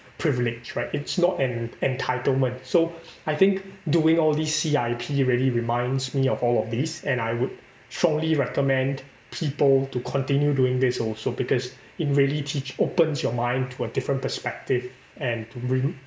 privilege right it's not an entitlement so I think doing all these C_I_P really reminds me of all of this and I would strongly recommend people to continue doing this also because it really teach opens your mind to a different perspective and to bring